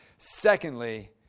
Secondly